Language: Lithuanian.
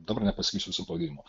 dabar nepasakysiu visų pavadinimo